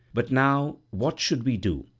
but now what should we do,